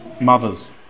mothers